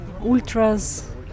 ultras